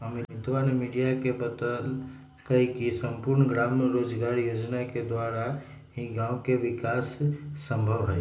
अमितवा ने मीडिया के बतल कई की सम्पूर्ण ग्राम रोजगार योजना के द्वारा ही गाँव के विकास संभव हई